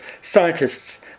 scientists